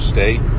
State